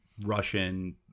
Russian